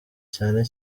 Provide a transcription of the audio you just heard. cyane